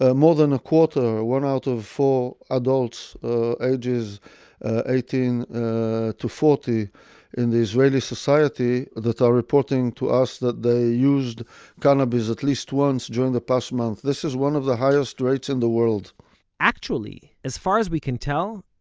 ah more than a quarter or one out of four adults ages ah eighteen ah to forty in the israeli society that are reporting to us that they used cannabis at least once during the past month, this is one of the highest rates in the world actually, as far as we can tell,